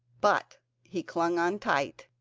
but he clung on tight,